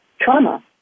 trauma